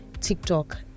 TikTok